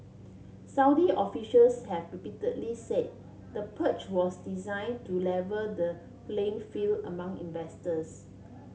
Saudi officials have repeatedly say the purge was design to level the playing field among investors